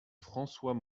françois